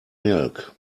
milk